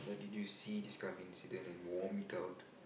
did you see this kind of incident and vomit out